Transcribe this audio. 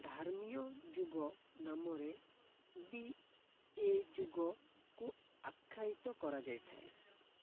ଧର୍ମୀୟ ଯୁଗ ନାମରେ ବି ଏ ଯୁଗକୁ ଆଖ୍ୟାୟିତ କରାଯାଇଥାଏ